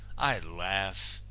i laugh,